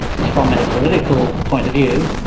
from a political point of view,